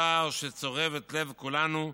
צער שצורב את לב כולנו,